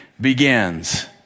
begins